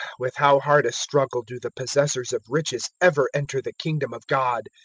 with how hard a struggle do the possessors of riches ever enter the kingdom of god!